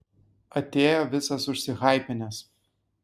atėjo visas užsihaipinęs